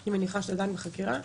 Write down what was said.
ואני מניחה שהוא עדיין בחקירה.